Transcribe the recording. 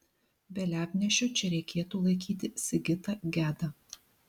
vėliavnešiu čia reikėtų laikyti sigitą gedą